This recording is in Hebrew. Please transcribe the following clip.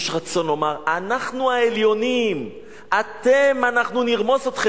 יש רצון לומר: אנחנו העליונים, אנחנו נרמוס אתכם.